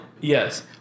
Yes